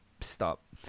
stop